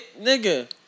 nigga